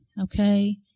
okay